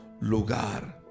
lugar